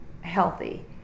healthy